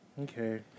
Okay